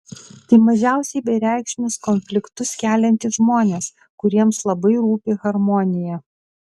tai mažiausiai bereikšmius konfliktus keliantys žmonės kuriems labai rūpi harmonija